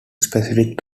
specific